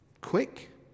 quick